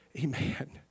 Amen